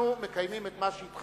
אנחנו מקיימים את מה שהתחייבנו.